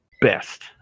best